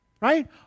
Right